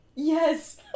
Yes